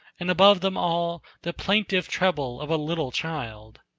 and above them all the plaintive treble of a little child.